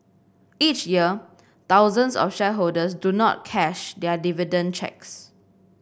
each year thousands of shareholders do not cash their dividend cheques